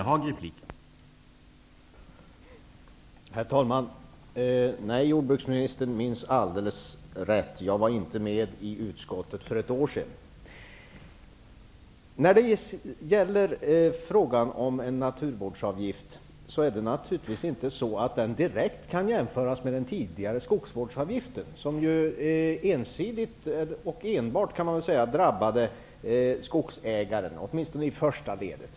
Herr talman! Jordbruksministern minns alldeles rätt. Jag var inte med i utskottet för ett år sedan. En naturvårdsavgift kan naturligtvis inte direkt jämföras med den tidigare skogsvårdsavgift som ju ensidigt och enbart, kan man väl säga, drabbade skogsägaren, åtminstone i första ledet.